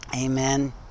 Amen